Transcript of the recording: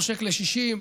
נושק ל-60%,